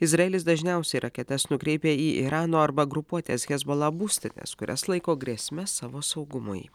izraelis dažniausiai raketas nukreipia į irano arba grupuotės hezbola būstines kurias laiko grėsme savo saugumui